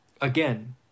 Again